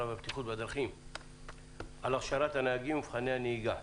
אודות הכשרת הנהגים ומבחני הנהיגה.